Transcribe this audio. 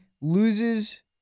loses